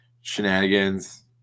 shenanigans